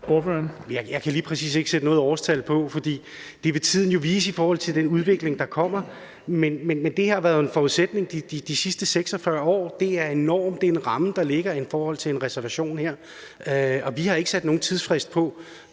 Jeg kan lige præcis ikke sætte noget årstal på, fordi det vil tiden jo vise i forhold til den udvikling, der kommer, men det her har jo været en forudsætning de sidste 46 år. Det er en norm, en ramme, der ligger i forhold til en reservation her, og vi har ikke sat nogen tidsfrist på,